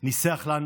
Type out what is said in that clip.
ניסח לנו